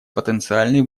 потенциальные